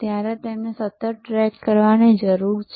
તમારે તેમને સતત ટ્રૅક કરવાની જરૂર છે